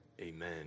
Amen